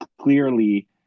clearly